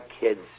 kids